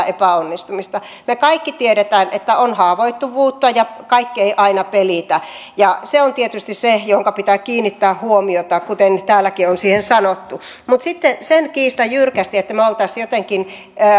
epäonnistumista me kaikki tiedämme että on haavoittuvuutta ja kaikki ei aina pelitä se on tietysti se mihinkä pitää kiinnittää huomiota kuten täälläkin on siihen sanottu mutta sitten sen kiistän jyrkästi että me tekisimme jotenkin